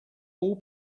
all